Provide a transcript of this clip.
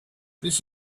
this